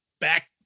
back